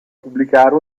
pubblicare